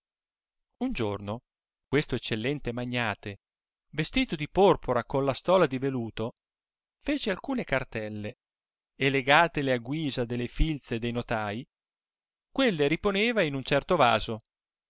un giorno questo eccellente magnate vestito di porpora con la stola di veluto fece alcune cartelle e legatele a guisa delle filze de notai quelle riponeva in un certo vaso